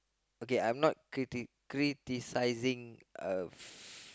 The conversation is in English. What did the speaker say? okay I'm not criti~ criticizing uh